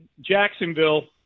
Jacksonville